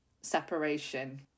separation